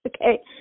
okay